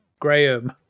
Graham